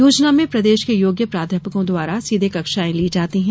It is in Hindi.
योजना में प्रदेश के योग्य प्राध्यापकों द्वारा सीधे कक्षाएं ली जाती हैं